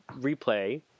replay